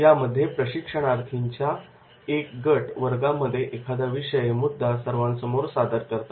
यामध्ये प्रशिक्षणार्थींच्या एक गट वर्गामध्ये एखादा विषय मुद्दा सर्वांसमोर सादर करतात